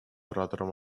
ораторам